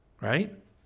right